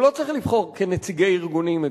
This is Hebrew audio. הוא לא צריך לבחור כנציגי ארגונים את